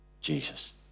Jesus